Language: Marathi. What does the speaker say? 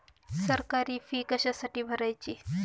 सरकारी फी कशासाठी भरायची